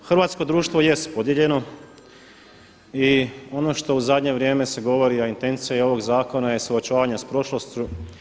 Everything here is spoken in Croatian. Hrvatsko društvo jest podijeljeno i ono što u zadnje vrijeme se govori, a intencija ovog zakona je suočavanje sa prošlošću.